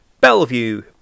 Bellevue